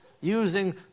using